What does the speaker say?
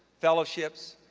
fellowships,